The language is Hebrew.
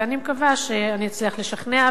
ואני מקווה שאני אצליח לשכנע,